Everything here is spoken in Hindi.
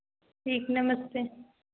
ठीक नमस्ते